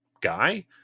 guy